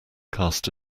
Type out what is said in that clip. cast